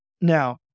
Now